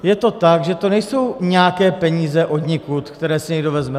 Je to tak, že to nejsou nějaké peníze odnikud, které si někdo vezme.